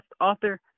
author